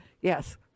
Yes